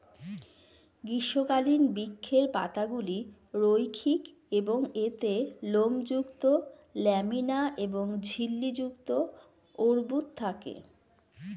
গ্রীষ্মকালীন বৃক্ষের পাতাগুলি রৈখিক এবং এতে লোমযুক্ত ল্যামিনা এবং ঝিল্লি যুক্ত অর্বুদ থাকে